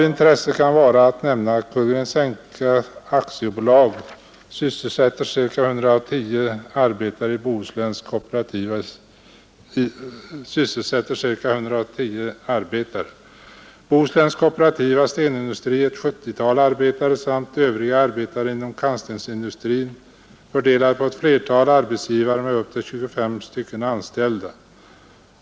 Det kan vara av intresse att nämna att Kullgrens Enka AB sysselsätter ca 110 arbetare och Bohusläns kooperativa stenindustri ett 70-tal. Övriga arbetare inom kantstensindustrin är fördelade på ett flertal arbetsgivare med upp till 25 anställda.